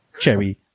cherry